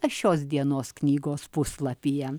šios dienos knygos puslapyje